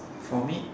for me